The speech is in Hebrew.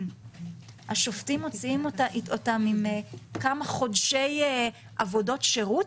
השופטים מוציאים אותם עם כמה חודשי עבודות שירות.